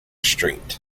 street